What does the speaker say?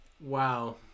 wow